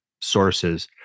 sources